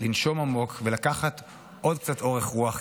לנשום עמוק ולקחת עוד קצת אורך רוח,